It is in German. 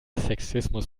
sexismus